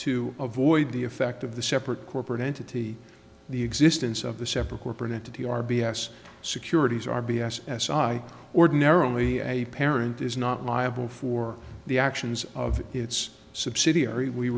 to avoid the effect of the separate corporate entity the existence of the separate corporate entity r b s securities r b s as i ordinarily a parent is not liable for the actions of its subsidiary we